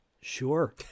Sure